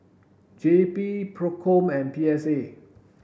J P PROCOM and P S A